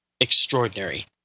extraordinary